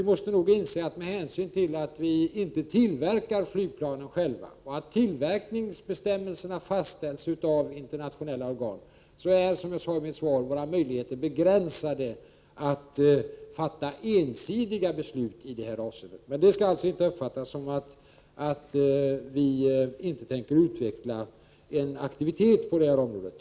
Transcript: Men med hänsyn till att vi inte själva tillverkar flygplanen och att tillverkningsbestämmelserna fastställs av internationella organ måste vi inse att våra möjligheter, som jag också säger i mitt svar, är begränsade när det gäller att fatta ensidiga beslut i detta avseende. Men det skall alltså inte uppfattas som att vi inte tänker utveckla en aktivitet på detta område.